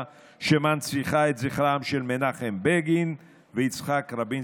שמנציחה את זכרם של מנחם בגין ויצחק רבין,